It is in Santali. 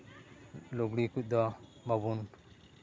ᱞᱩᱜᱽᱲᱤ ᱠᱚᱫᱚ ᱵᱟᱵᱚᱱ